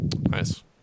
Nice